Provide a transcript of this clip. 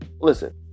Listen